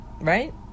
right